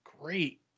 great